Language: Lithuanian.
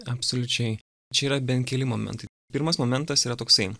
absoliučiai čia yra bent keli momentai pirmas momentas yra toksai